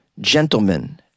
gentlemen